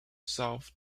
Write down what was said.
south